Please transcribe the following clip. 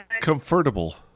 comfortable